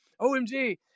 OMG